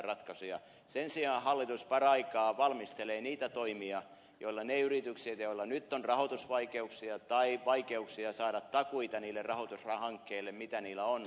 sen sijaan hallitus paraikaa valmistelee niitä toimia joilla autetaan niitä yrityksiä joilla nyt on rahoitusvaikeuksia tai vaikeuksia saada takuita niille rahoitushankkeille mitä niillä on